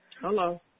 Hello